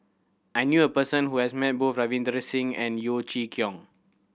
I knew a person who has met both Ravinder Singh and Yeo Chee Kiong